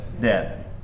Dead